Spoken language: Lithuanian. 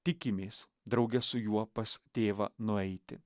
tikimės drauge su juo pas tėvą nueiti